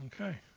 Okay